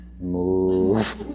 move